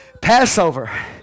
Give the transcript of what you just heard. Passover